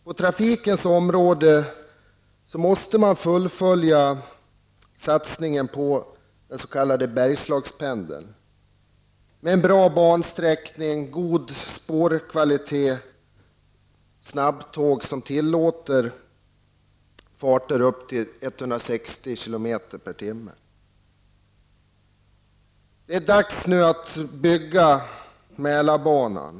På trafikområdet måste man fullfölja satsningen på den s.k. Bergslagspendeln. Det skall vara en bra bansträckning, god spårkvalitet och snabbtåg som tillåter farter på uppemot 160 kilometer i timmen. Det är dags att bygga Mälarbanan.